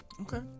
Okay